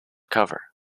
cover